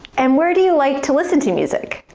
and, where do you like to listen to music?